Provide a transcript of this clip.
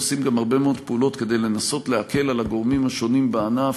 עושים הרבה מאוד פעולות לנסות להקל על הגורמים השונים בענף,